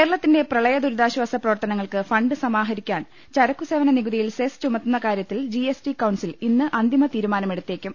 കേരളത്തിന്റെ പ്രളയദുരിതാശ്വാസ പ്രവർത്തനങ്ങൾക്ക് ഫണ്ട് സമാഹരിക്കാൻ ചരക്കു സേവന നികുതിയിൽ സെസ് ചുമത്തുന്ന കാര്യത്തിൽ ജിഎസ്ടി കൌൺസിൽ ഇന്ന് അന്തിമ തീരുമാന മെടുത്തേക്കും